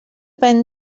ben